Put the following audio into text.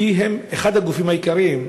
כי הם אחד הגופים העיקריים.